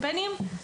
בקמפיינים